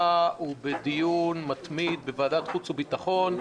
ובדיון מתמיד בוועדת החוץ והביטחון.